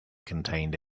contained